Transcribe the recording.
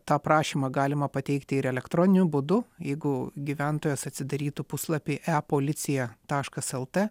tą prašymą galima pateikti ir elektroniniu būdu jeigu gyventojas atsidarytų puslapį e policija taškas lt